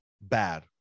bad